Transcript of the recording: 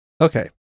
Okay